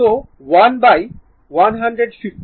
তো 1115 সেকেন্ড যা হল τ